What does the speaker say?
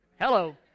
Hello